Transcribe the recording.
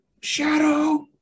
Shadow